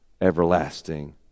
everlasting